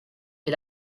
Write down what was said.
est